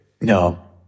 No